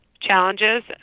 challenges